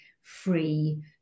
free